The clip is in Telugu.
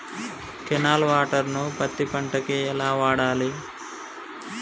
కెనాల్ వాటర్ ను పత్తి పంట కి ఎలా వాడాలి?